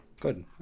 good